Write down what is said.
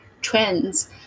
trends